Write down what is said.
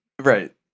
right